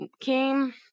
came